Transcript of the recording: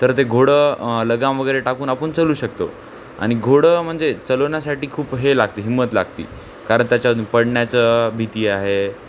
तर ते घोडं लगाम वगैरे टाकून आपण चलू शकतो आणि घोडं म्हणजे चलवण्यासाठी खूप हे लागते हिंमत लागते कारण त्याच्यातून पडण्याचं भीती आहे